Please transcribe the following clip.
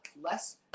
less